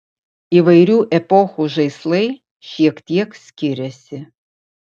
įvairių epochų žaislai šiek tiek skiriasi